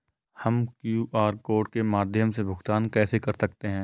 हम QR code के माध्यम से भुगतान कैसे कर सकते हैं?